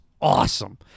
awesome